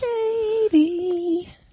shady